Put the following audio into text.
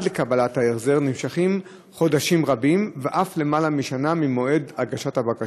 לקבלת ההחזר נמשכים חודשים רבים ואף יותר משנה ממועד הגשת הבקשה.